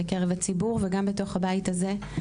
בקרב הציבור וגם בתוך הבית הזה,